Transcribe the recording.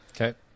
Okay